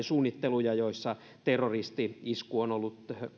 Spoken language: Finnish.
suunnitteluja joissa terroristi isku on ollut